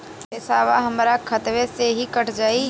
पेसावा हमरा खतवे से ही कट जाई?